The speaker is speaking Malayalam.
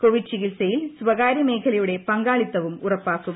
കോവിഡ് ചികിത്സയിൽ സ്വകാര്യ മേഖലയുടെ പങ്കാളിത്തവും ഉറപ്പാക്കും